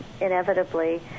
inevitably